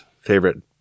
favorite